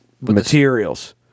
materials